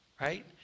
right